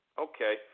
Okay